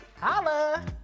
Holla